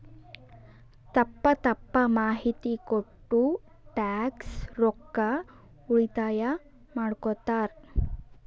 ತಪ್ಪ ತಪ್ಪ ಮಾಹಿತಿ ಕೊಟ್ಟು ಟ್ಯಾಕ್ಸ್ ರೊಕ್ಕಾ ಉಳಿತಾಯ ಮಾಡ್ಕೊತ್ತಾರ್